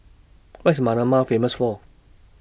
What IS Manama Famous For